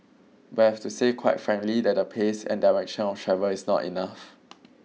but I have to say quite frankly that the pace and direction of travel is not enough